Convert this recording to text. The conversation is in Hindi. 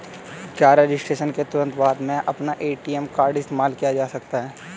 क्या रजिस्ट्रेशन के तुरंत बाद में अपना ए.टी.एम कार्ड इस्तेमाल किया जा सकता है?